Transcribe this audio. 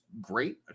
great